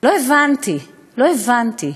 לא הבנתי, לא הבנתי: